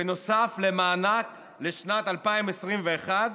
בנוסף למענק לשנת 2021,